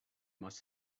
must